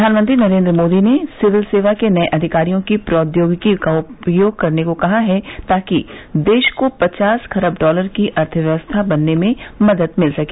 प्रधानमंत्री नरेन्द्र मोदी ने सिविल सेवा के नए अधिकारियों से प्रौद्योगिकी का उपयोग करने को कहा है ताकि देश को पचास खरब डॉलर की अर्थव्यवस्था बनने में मदद मिल सके